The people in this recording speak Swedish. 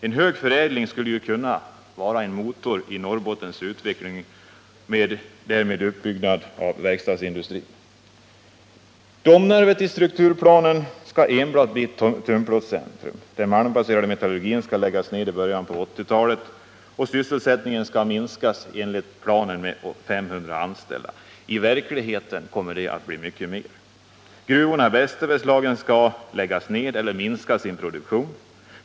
En hög förädling och därmed en uppbyggnad av verkstadsindustrin skulle ju kunna vara en motor i Norrbottens utveckling. Domnarvet skall enligt strukturplanen bli enbart ett tunnplåtscentrum. Den malmbaserade metallurgin skall läggas ned i början på 1980-talet, och sysselsättningen skall minskas med 500 anställda. I verkligheten kommer det att bli mycket värre. Gruvorna i Västerbergslagen skall läggas ned eller minska sin produktion.